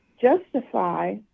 justify